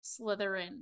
Slytherin